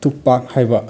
ꯇꯨꯛꯄꯥꯛ ꯍꯥꯏꯕ